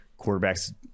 quarterbacks